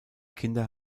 kinder